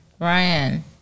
ryan